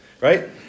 right